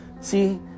See